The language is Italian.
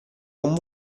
con